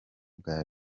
bwa